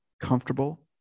comfortable